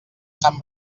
sant